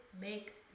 make